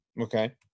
Okay